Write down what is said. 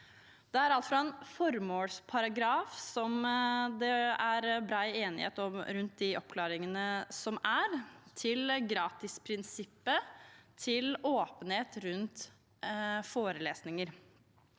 Det er alt fra formålsparagrafen – som det er bred enighet om, rundt de oppklaringene som er der – til gratisprinsippet og åpenhet rundt forelesninger.